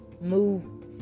move